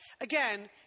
Again